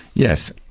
yes.